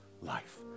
life